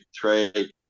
three